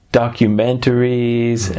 documentaries